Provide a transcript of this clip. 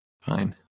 Fine